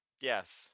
Yes